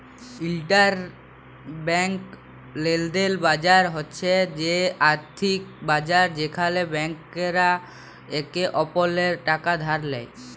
interbank লেলদেলের বাজার হছে সে আথ্থিক বাজার যেখালে ব্যাংকরা একে অপরেল্লে টাকা ধার লেয়